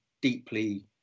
deeply